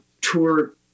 tour